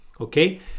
okay